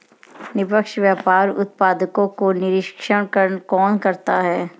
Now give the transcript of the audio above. निष्पक्ष व्यापार उत्पादकों का निरीक्षण कौन करता है?